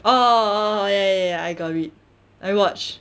oh oh ya ya ya I got read I watch